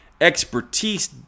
expertise